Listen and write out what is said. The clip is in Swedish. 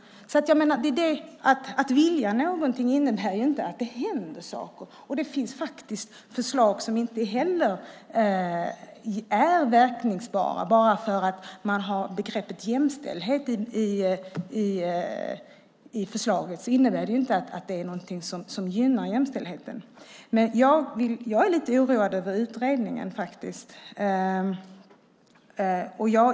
Att man vill något innebär inte att det händer saker. Och bara för att man har begreppet jämställdhet med i förslaget behöver det inte innebära att det faktiskt gynnar jämställdheten. Jag är lite oroad över utredningen.